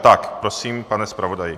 Tak prosím, pane zpravodaji.